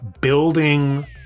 building